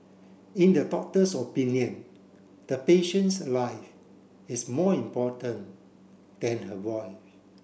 in the doctor's opinion the patient's life is more important than her voice